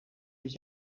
dit